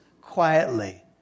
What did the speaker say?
quietly